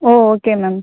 O okay ma'am